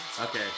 okay